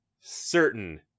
certain